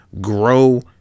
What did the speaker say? grow